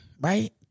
right